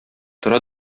тора